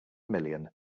million